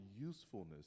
usefulness